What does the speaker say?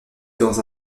dans